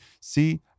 See